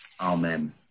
Amen